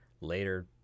later